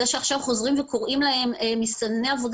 זה שעכשיו חוזרים וקוראים להם מסתנני עבוד,